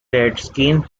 redskins